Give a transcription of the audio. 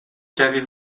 qu’avez